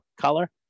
color